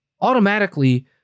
automatically